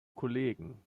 kollegen